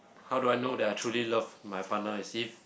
how do I know that I truly love my partner is if